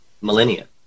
millennia